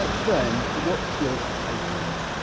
ah fern, what's your take on this?